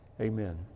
amen